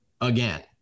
Again